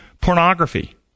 Pornography